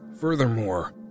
Furthermore